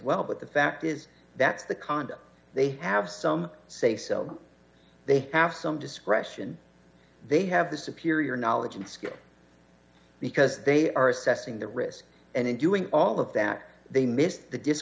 well but the fact is that's the condo they have some say so they have some discretion they have the superior knowledge and skill because they are assessing the risk and in doing all of that they missed the